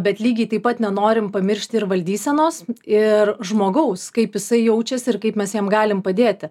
bet lygiai taip pat nenorim pamiršt ir valdysenos ir žmogaus kaip jisai jaučiasi ir kaip mes jam galim padėti